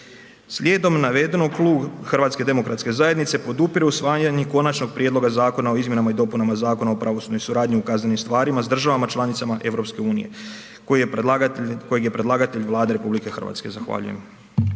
Slijedom navedenog, klub HDZ-a podupire usvajanje Konačni prijedlog zakona o izmjenama i dopunama Zakona o pravosudnoj suradnji u kaznenim stvarima s državama članicama Europske unije koji je predlagatelj Vlada RH, zahvaljujem.